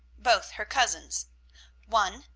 both her cousins one,